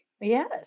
Yes